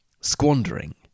squandering